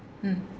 mm